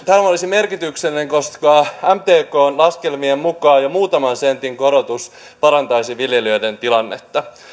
olisi merkityksellistä koska mtkn laskelmien mukaan jo muutaman sentin korotus parantaisi viljelijöiden tilannetta